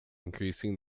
increasing